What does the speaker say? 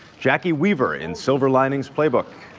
jacki weaver in silver linings playbook,